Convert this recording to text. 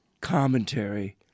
commentary